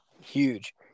huge